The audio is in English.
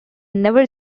never